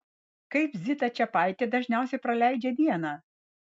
kaip zita čepaitė dažniausiai praleidžia dieną